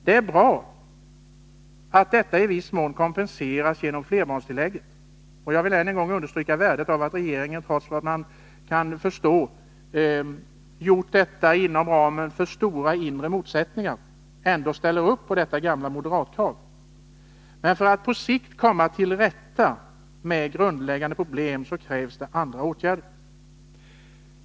Det är bra att detta i viss mån kompenserats genom flerbarnstillägget, och jag vill än en gång understryka värdet av att regeringen —- trots att den, vad man kan förstå, har gjort detta inom ramen för stora inre motsättningar — ändå ställer upp på detta gamla moderatkrav. Men för att på sikt komma till rätta med de grundläggande problemen krävs det andra åtgärder.